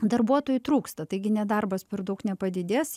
darbuotojų trūksta taigi nedarbas per daug nepadidės